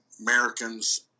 Americans